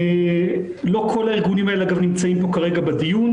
לא כל הארגונים האלה אגב נמצאים פה בדיון,